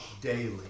daily